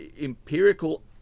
empirical